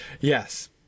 Yes